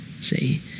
See